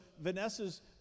Vanessa's